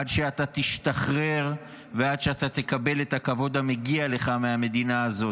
עד שאתה תשתחרר ועד שאתה תקבל את הכבוד המגיע לך מהמדינה הזאת.